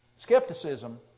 Skepticism